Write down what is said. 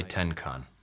Tenkan